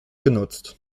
genutzt